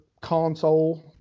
console